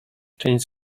część